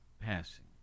passing